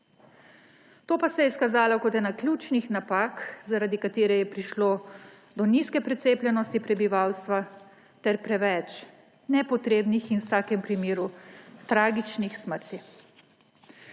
To pa se je izkazalo za eno ključnih napak, zaradi katere je prišlo do nizke precepljenosti prebivalstva ter preveč nepotrebnih in v vsakem primeru tragičnih smrti.